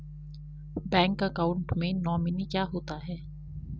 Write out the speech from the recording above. Bank account में nominee क्या होता है?